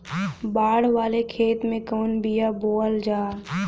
बाड़ वाले खेते मे कवन बिया बोआल जा?